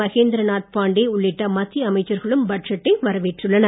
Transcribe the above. மஹேந்திரநாத் பாண்டே உள்ளிட்ட மத்திய அமைச்சர்களும் பட்ஜெட்டை வரவேற்றுள்ளனர்